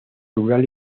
rural